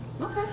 okay